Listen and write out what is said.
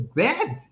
bad